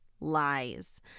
lies